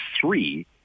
three